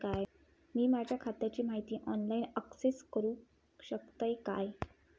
मी माझ्या खात्याची माहिती ऑनलाईन अक्सेस करूक शकतय काय?